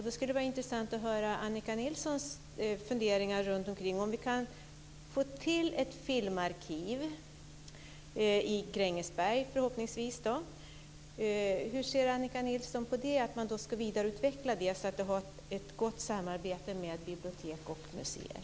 Det skulle vara intressant att höra Annika Nilssons funderingar kring om vi kan få till ett filmarkiv, förhoppningsvis i Grängesberg. Hur ser Annika Nilsson på att man då ska vidareutveckla det så att man har ett gott samarbete med bibliotek och museer?